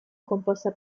composta